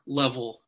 level